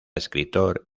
escritor